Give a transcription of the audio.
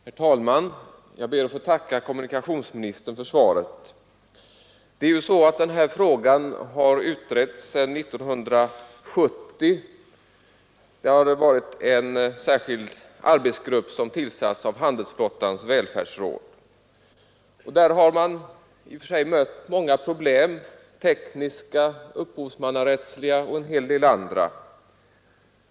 Herr talman! Jag ber att få tacka kommunikationsministern för svaret. Den här frågan har ju utretts sedan 1970. Vi har en särskild arbetsgrupp som tillsatts av handelsflottans välfärdsråd. I den har man brottats med många problem — tekniska, upphovsrättsliga och en hel del andra.